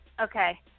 Okay